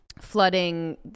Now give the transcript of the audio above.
flooding